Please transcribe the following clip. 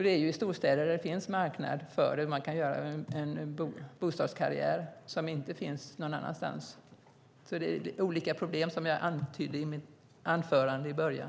Det är i storstäder det finns en marknad och man kan göra en bostadskarriär som inte finns någon annanstans. Det är olika problem, som jag antydde i mitt anförande i början.